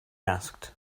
asked